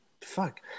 Fuck